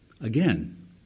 Again